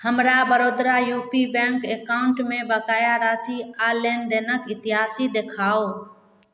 हमरा Vadodara U P bank एकाउंटमे बकाया राशि आ लेनदेनक इतिहास देखाउ